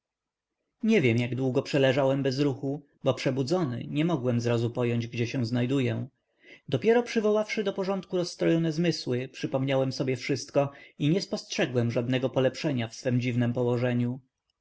nie wiem jak długo przeleżałem bez ruchu bo przebudzony nie mogłem zrazu pojąć gdzie się znajduję dopiero przywoławszy do porządku rozstrojone zmysły przypomniałem sobie wszystko i nie spostrzegłem żadnego polepszenia w swem dziwnem położeniu